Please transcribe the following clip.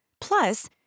Plus